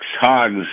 hogs